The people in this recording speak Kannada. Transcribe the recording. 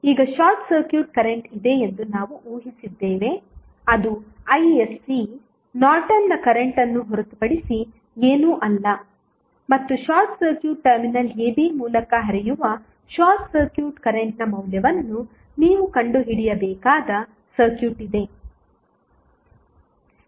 ಈಗ ಶಾರ್ಟ್ ಸರ್ಕ್ಯೂಟ್ ಕರೆಂಟ್ ಇದೆ ಎಂದು ನಾವು ಊಹಿಸಿದ್ದೇವೆ ಅದು isc ನಾರ್ಟನ್ನ ಕರೆಂಟ್ ಅನ್ನು ಹೊರತುಪಡಿಸಿ ಏನೂ ಅಲ್ಲ ಮತ್ತು ಶಾರ್ಟ್ ಸರ್ಕ್ಯೂಟ್ ಟರ್ಮಿನಲ್ ab ಮೂಲಕ ಹರಿಯುವ ಶಾರ್ಟ್ ಸರ್ಕ್ಯೂಟ್ ಕರೆಂಟ್ನ ಮೌಲ್ಯವನ್ನು ನೀವು ಕಂಡುಹಿಡಿಯಬೇಕಾದ ಸರ್ಕ್ಯೂಟ್ ಇದೆ